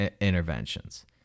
interventions